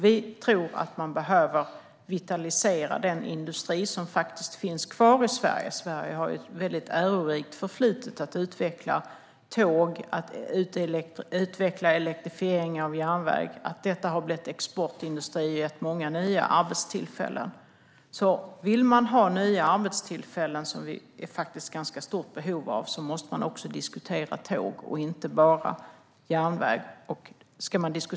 Vi tror att man behöver vitalisera den industri som faktiskt finns kvar i Sverige. Sverige har ett väldigt ärorikt förflutet när det gäller att utveckla tåg och elektrifiering av järnvägen. Detta har blivit exportindustrier och gett många nya arbetstillfällen. Vill man ha nya arbetstillfällen, vilket vi ju har ett ganska stort behov av, måste man också diskutera tåg och inte bara järnväg.